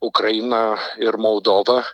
ukraina ir moldova